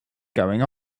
going